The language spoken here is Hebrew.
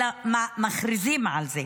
אלא מכריזים על זה.